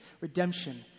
Redemption